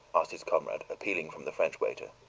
asked his comrade, appealing from the french waiter.